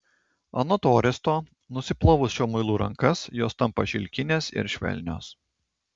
anot oresto nusiplovus šiuo muilu rankas jos tampa šilkinės ir švelnios